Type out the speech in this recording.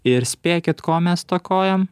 ir spėkit ko mes stokojam